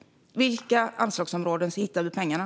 På vilka anslagsområden hittar vi pengarna?